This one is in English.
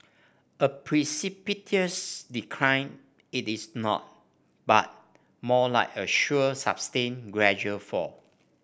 a precipitous decline it is not but more like a sure sustained gradual fall